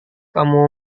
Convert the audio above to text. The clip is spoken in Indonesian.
kamu